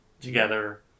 together